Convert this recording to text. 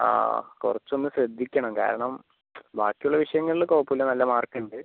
ആ കുറച്ച് ഒന്ന് ശ്രദ്ധിക്കണം കാരണം ബാക്കി ഉള്ള വിഷയങ്ങളിൽ കുഴപ്പമില്ല നല്ല മാർക്ക് ഉണ്ട്